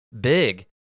big